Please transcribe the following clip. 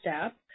step